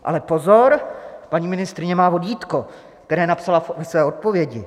Ale pozor, paní ministryně má vodítko, které napsala ve své odpovědi.